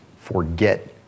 forget